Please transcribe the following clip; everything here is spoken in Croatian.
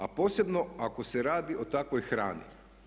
A posebno ako se radi o takvoj hrani.